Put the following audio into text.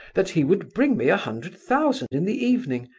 that he would bring me a hundred thousand in the evening,